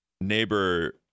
neighbor